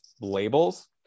labels